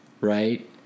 right